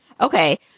okay